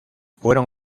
fueron